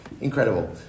Incredible